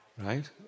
right